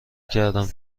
کردم